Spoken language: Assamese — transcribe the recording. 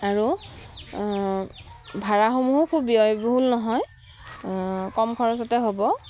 আৰু ভাড়াসমূহো খুব ব্যয়বহুল নহয় কম খৰচতে হ'ব